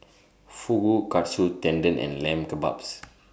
Fugu Katsu Tendon and Lamb Kebabs